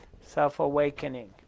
self-awakening